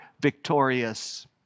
victorious